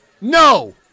No